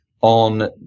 on